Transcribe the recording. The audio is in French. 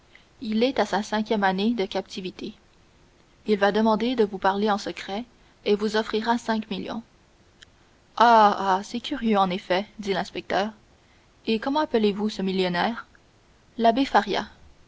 il en est à sa cinquième année de captivité il va vous demander de vous parler en secret et vous offrira cinq millions ah ah c'est curieux en effet dit l'inspecteur et comment appelez-vous ce millionnaire l'abbé faria